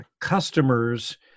customers